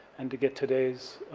and to get today's